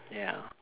ya